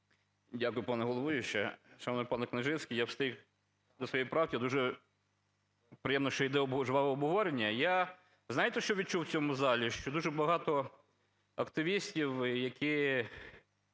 Дякую, пані головуюча. Шановний панеКняжицький, я встиг до своєї правки. Дуже приємно, що іде жваве обговорення. Я знаєте, що відчув в цьому залі? Що дуже багато активістів, які